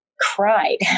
cried